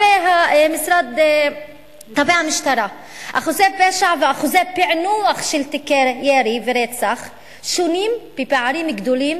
1. אחוזי הפשע ואחוזי הפענוח של תיקי ירי ורצח שונים הם בפערים גדולים,